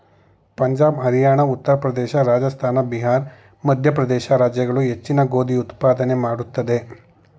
ಪಂಜಾಬ್ ಹರಿಯಾಣ ಉತ್ತರ ಪ್ರದೇಶ ರಾಜಸ್ಥಾನ ಬಿಹಾರ್ ಮಧ್ಯಪ್ರದೇಶ ರಾಜ್ಯಗಳು ಹೆಚ್ಚಿನ ಗೋಧಿ ಉತ್ಪಾದನೆ ಮಾಡುತ್ವೆ